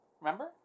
remember